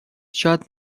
شاید